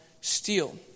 steal